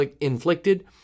inflicted